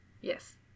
Yes